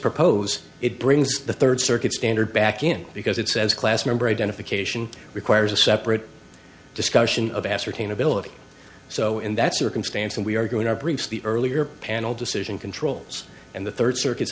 propose it brings the third circuit standard back in because it says class number identification requires a separate discussion of ascertain ability so in that circumstance and we are doing our briefs the earlier panel decision controls and the third circuit